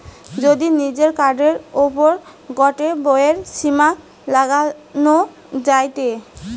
যদি নিজের কার্ডের ওপর গটে ব্যয়ের সীমা লাগানো যায়টে